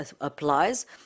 applies